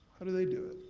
how do they do it?